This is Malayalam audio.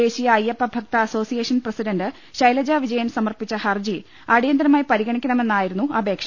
ദേശീയ അയ്യപ്പ ഭക്ത association president Shailaja Vijayan സമർപ്പിച്ച ഹർജി അടി യന്തരമായി പരിഗണിക്കണമെന്നായിരുന്നു അപേക്ഷ